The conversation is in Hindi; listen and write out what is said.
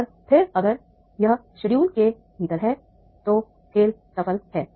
और फिर अगर यह शेड्यूल के भीतर है तो खेल सफल है